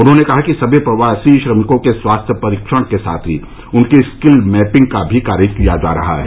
उन्होंने कहा कि सभी प्रवासी श्रमिकों के स्वास्थ्य परीक्षण के साथ ही उनकी रिकल मैपिंग का कार्य भी किया जा रहा है